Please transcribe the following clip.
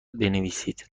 بنویسید